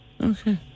Okay